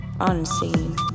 unseen